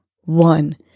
one